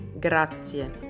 GRAZIE